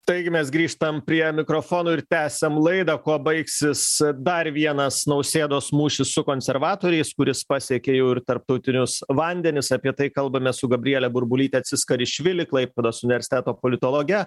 taigi mes grįžtam prie mikrofonų tęsiam laidą kuo baigsis dar vienas nausėdos mūšis su konservatoriais kuris pasiekė jau ir tarptautinius vandenis apie tai kalbamės su gabriele burbulyte aciskarišvili klaipėdos universiteto politologe